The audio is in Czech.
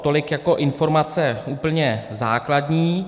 Tolik jako informace úplně základní.